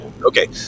Okay